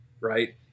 right